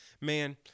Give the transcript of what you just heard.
man